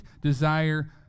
desire